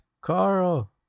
Carl